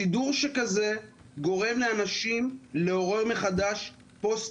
שידור שכזה גורם לאנשים לעורר מחדש פוסט